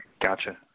Gotcha